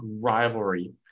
rivalry